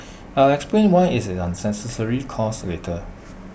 I'll explain why IT is an unnecessary cost later